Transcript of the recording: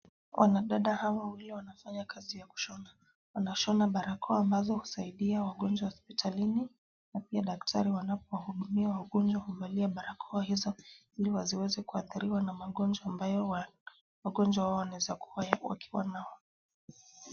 Wanadada hawa wawili wanafanya kazi ya kushona. Wanashona barakoa ambazo husaidia wagonjwa hospitalini na pia daktari wanapowahudumia wagonjwa huvalia barakoa hizo ili wasiweze kuadhiriwa na magonjwa ambayo wagonjwa wao wanaeza kuwa wakiwa nayo.